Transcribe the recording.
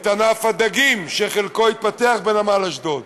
את ענף הדגים, שחלקו התפתח בנמל אשדוד,